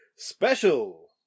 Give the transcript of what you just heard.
Special